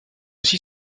aussi